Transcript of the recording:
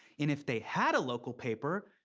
and if they had a local paper,